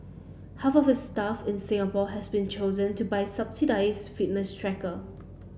half of staff in Singapore has been chosen to buy subsidised fitness tracker